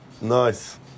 Nice